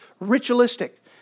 ritualistic